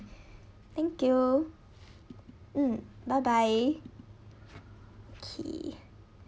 thank you mm bye bye okay